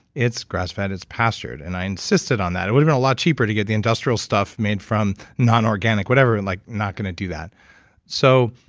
it's grass-fed, it's pastured, and i insisted on that. it would've been a lot cheaper to get the industrial stuff made from non-organic whatever. i'm and like not going to do that so,